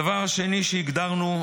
הדבר השני שהגדרנו,